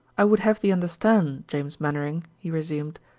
i would have thee understand, james mainwaring, he resumed,